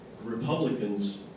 Republicans